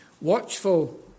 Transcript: Watchful